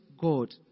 God